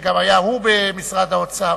שגם הוא היה במשרד האוצר,